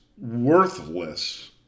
worthless